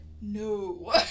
no